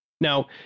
Now